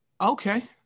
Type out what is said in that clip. Okay